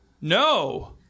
No